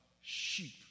sheep